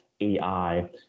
AI